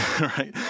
right